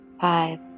five